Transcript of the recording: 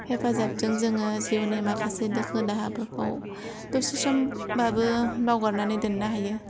हेफाजाबजों जोङो जिउनि माखासे दुखु दाहाफोरखौ दसे समब्लाबो बावगारनानै दोन्नो हायो